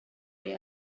the